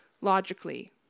logically